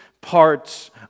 parts